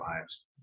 lives